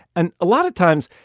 and a lot of times,